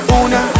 una